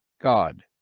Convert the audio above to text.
god